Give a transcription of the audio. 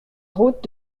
route